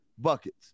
buckets